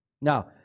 Now